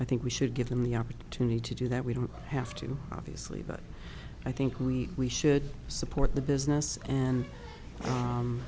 i think we should give them the opportunity to do that we don't have to obviously but i think we we should support the business and